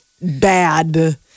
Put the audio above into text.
bad